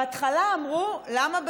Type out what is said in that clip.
בהתחלה אמרו: למה בחו"ל?